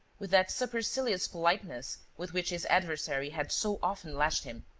with that supercilious politeness with which his adversary had so often lashed him